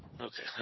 Okay